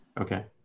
Okay